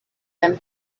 them